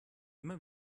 immer